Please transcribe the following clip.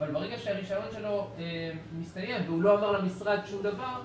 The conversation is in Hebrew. אבל ברגע שהרישיון שלו מסתיים והוא לא אמר למשרד שום דבר,